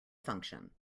function